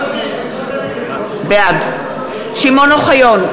בעד שמעון אוחיון,